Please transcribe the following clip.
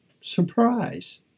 surprise